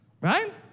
Right